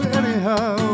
anyhow